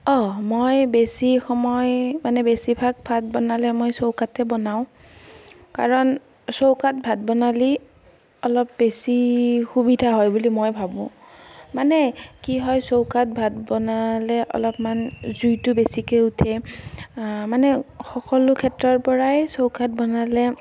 অঁ মই বেছি সময় মানে বেছিভাগ ভাত বনালে মই চৌকাতে বনাওঁ কাৰণ চৌকাত ভাত বনালে অলপ বেছি সুবিধা হয় বুলি মই ভাবোঁ মানে কি হয় চৌকাত ভাত বনালে অলপমান জুইটো বেছিকৈ উঠে মানে সকলো ক্ষেত্ৰৰ পৰাই চৌকাত বনালে